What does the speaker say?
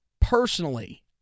personally